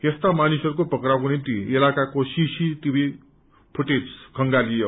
यस्ता मानिसहरूको पक्राउको निम्ति इलाकाको सीसीटिमी फूटेज खंगालियो